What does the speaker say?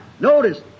notice